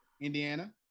Indiana